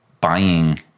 buying